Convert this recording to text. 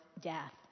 death